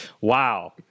Wow